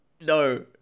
No